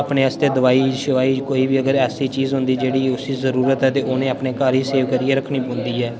अपने आस्तै दवाई शवाई कोई बी अगर ऐसी चीज़ होंदी जेह्ड़ी उसी जरूरत ऐ ते उ'नें अपने घर ही सेव करियै रखनी पौंदी ऐ